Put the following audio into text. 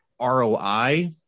ROI